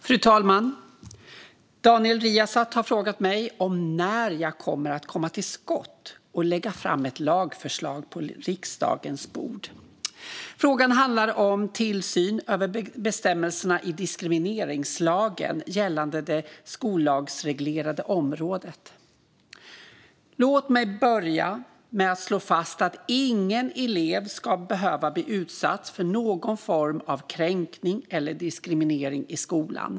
Fru talman! Daniel Riazat har frågat mig när jag kommer att komma till skott och lägga fram ett lagförslag på riksdagens bord. Frågan handlar om tillsynen över bestämmelserna i diskrimineringslagen gällande det skollagsreglerade området. Låt mig börja med att slå fast att ingen elev ska behöva bli utsatt för någon form av kränkning eller diskriminering i skolan.